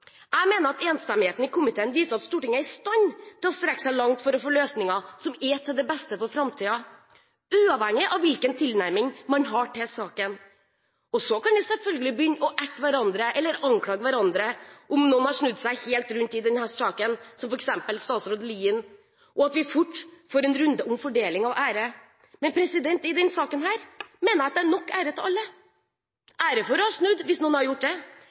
Jeg mener at enstemmigheten i komiteen viser at Stortinget er i stand til å strekke seg langt for å få løsninger som er til det beste for framtiden, uavhengig av hvilken tilnærming man har til saken. Vi kan selvfølgelig erte eller anklage hverandre om noen har snudd helt rundt i denne saken, som f.eks. statsråd Lien, og vi kan fort få en runde om fordeling av ære. Men i denne saken mener jeg at det er nok ære til alle: ære for å ha snudd, hvis noen har gjort det,